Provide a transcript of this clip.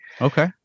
Okay